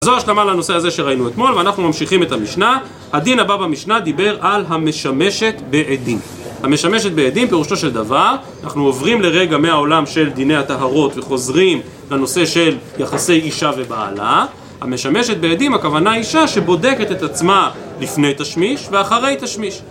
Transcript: זו השלמה לנושא הזה שראינו אתמול, ואנחנו ממשיכים את המשנה. הדין הבא במשנה דיבר על המשמשת בעדים. המשמשת בעדים, פירושו של דבר, אנחנו עוברים לרגע מהעולם של דיני הטהרות וחוזרים לנושא של יחסי אישה ובעלה. המשמשת בעדים, הכוונה אישה שבודקת את עצמה לפני תשמיש ואחרי תשמיש.